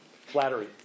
Flattery